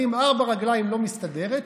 אני עם ארבע רגליים לא מסתדרת,